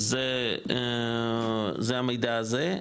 אז זה המידע הזה,